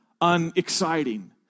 unexciting